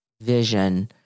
vision